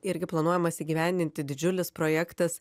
irgi planuojamas įgyvendinti didžiulis projektas